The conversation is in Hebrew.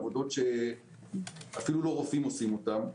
עבודות שאפילו לא רופאים עושים אותן.